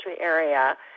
area